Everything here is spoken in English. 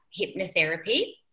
Hypnotherapy